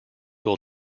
will